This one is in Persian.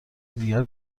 دیگر